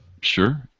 Sure